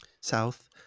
South